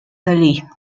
vallée